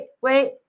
wait